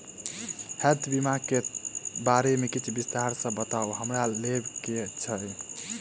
Health बीमा केँ बारे किछ विस्तार सऽ बताउ हमरा लेबऽ केँ छयः?